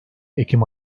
ekim